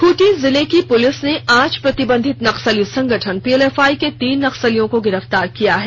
खूंटी जिले की पुलिस ने आज प्रतिबंधित नक्सली संगठन पीएलएफआई के तीन नक्सलियों को गिरफ्तार किया है